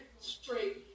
straight